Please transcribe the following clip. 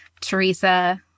Teresa